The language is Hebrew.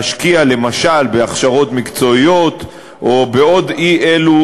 למשל בהכשרות מקצועיות ובעוד אי-אלו